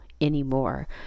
anymore